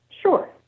Sure